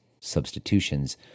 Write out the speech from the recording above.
substitutions